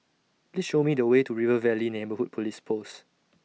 Please Show Me The Way to River Valley Neighbourhood Police Post